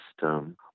system